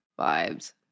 vibes